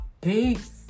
Peace